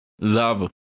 love